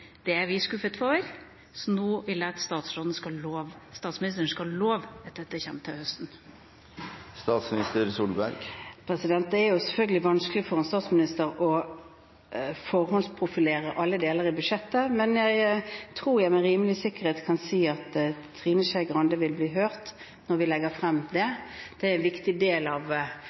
Det er vi skuffet over. Nå vil jeg at statsministeren skal love at dette kommer til høsten. Det er selvfølgelig vanskelig for en statsminister å forhåndsprofilere alle deler i budsjettet, men jeg tror at jeg med rimelig stor grad av sikkerhet kan si at Trine Skei Grande vil bli hørt når vi legger frem det. Det er også en viktig del av det